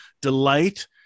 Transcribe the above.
delight